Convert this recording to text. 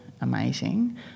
amazing